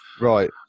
Right